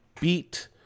Beat